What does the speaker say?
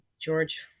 George